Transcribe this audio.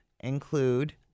include